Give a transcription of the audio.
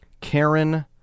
Karen